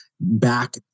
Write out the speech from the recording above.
back